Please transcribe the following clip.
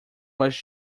was